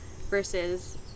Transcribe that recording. versus